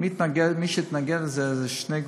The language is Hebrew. מי שהתנגדו לזה היו שני גופים: